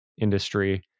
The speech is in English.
industry